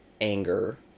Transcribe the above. anger